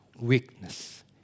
weakness